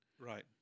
Right